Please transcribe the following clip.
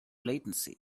latency